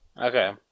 Okay